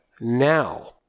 Now